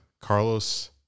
Carlos